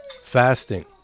fasting